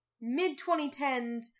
mid-2010s